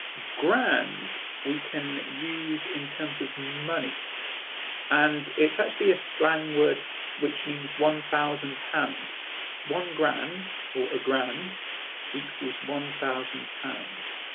grand we can use in terms of money and it's actually a slang word which means one thousand pounds one grand or a grand equals one thousand pounds.